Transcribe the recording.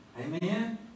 Amen